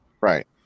Right